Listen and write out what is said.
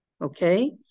okay